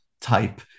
type